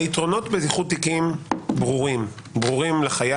היתרונות באיחוד תיקים ברורים לחייב,